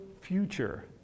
future